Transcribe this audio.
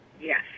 Yes